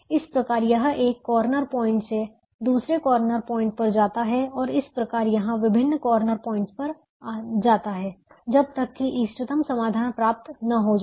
इस प्रकार यह एक कॉर्नर पॉइंट से दूसरे एडजसेंट कॉर्नर पॉइंट पर जाता है और इस प्रकार यहां विभिन्न कॉर्नर पॉइंट्स पर जाता है जब तक कि इष्टतम समाधान प्राप्त ना हो जाए